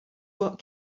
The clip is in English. what